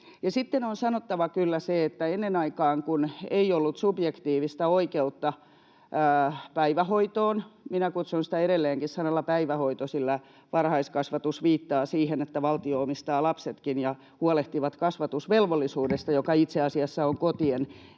Sitten on sanottava kyllä se, että ennen aikaan, kun ei ollut subjektiivista oikeutta päivähoitoon — minä kutsun sitä edelleenkin sanalla ”päivähoito”, sillä varhaiskasvatus viittaa siihen, että valtio omistaa lapsetkin ja huolehtii kasvatusvelvollisuudesta, joka itse asiassa on kotien,